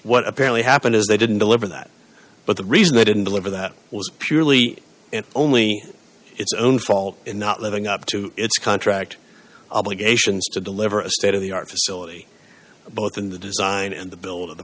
what apparently happened is they didn't deliver that but the reason they didn't deliver that was purely and only its own fault in not living up to its contract obligations to deliver a state of the art facility both in the design and the build of the